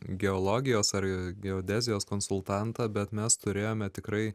geologijos ar geodezijos konsultantą bet mes turėjome tikrai